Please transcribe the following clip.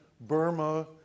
Burma